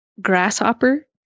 grasshopper